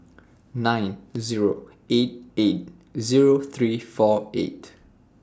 nine Zero eight eight Zero three four eight